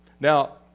Now